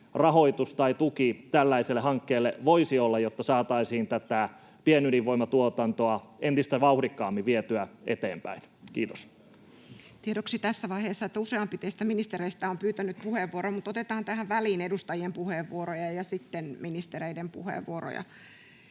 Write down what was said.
rahoitus tai tuki tällaiselle hankkeelle voisi olla, jotta saataisiin pienydinvoimatuotantoa entistä vauhdikkaammin vietyä eteenpäin? — Kiitos. Tiedoksi tässä vaiheessa, että useampi teistä ministereistä on pyytänyt puheenvuoron, mutta otetaan tähän väliin edustajien puheenvuoroja, ja sitten ministereiden puheenvuoroja.